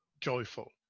joyful